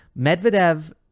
Medvedev